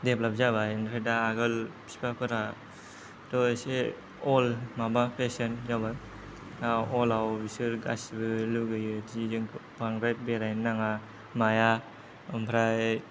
डेबलाप जाबाय आमफ्राय दा आगोल फिपाफोराथ' एसे अल माबा फेशन जाबाय दा अलाव बेसोरो लुगैयोदि जों बांद्राय बेरायनो नाङा माया ओमफ्राय